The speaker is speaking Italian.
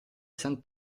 san